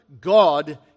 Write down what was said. God